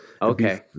Okay